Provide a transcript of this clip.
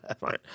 Fine